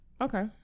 Okay